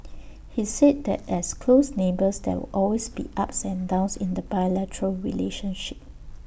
he said that as close neighbours there will always be ups and downs in the bilateral relationship